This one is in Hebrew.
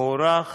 הוארך